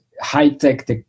high-tech